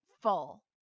full